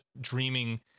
dreaming